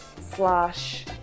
slash